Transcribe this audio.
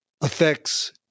affects